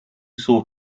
saw